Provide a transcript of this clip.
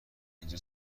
اینجا